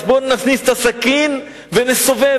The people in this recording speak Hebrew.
אז בוא נכניס את הסכין ונסובב,